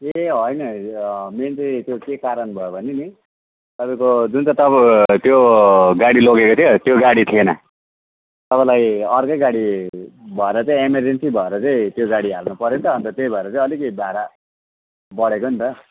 ए होइन होइन मेन चाहिँ त्यो के कारण भयो भने नि तपाईँको जुन चाहिँ तपाईँ त्यो गाडी लगेको थियो त्यो गाडी थिएन तपाईँलाई अर्कै गाडी भएर चाहिँ एमरजेन्सी भएर चाहिँ त्यो गाडी हाल्नु पऱ्यो नि त अन्त त्यही भएर चाहिँ अलिकति भाडा बढेको नि त